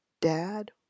dad